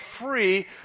free